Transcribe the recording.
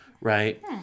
right